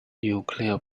nuclear